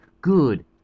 good